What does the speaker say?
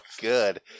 good